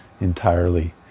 entirely